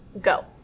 Go